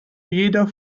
jeder